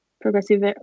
progressive